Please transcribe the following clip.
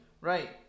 Right